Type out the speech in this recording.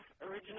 original